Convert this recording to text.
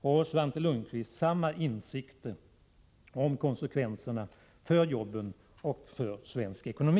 Har Svante Lundkvist samma insikter om konsekvenserna för jobben och för svensk ekonomi?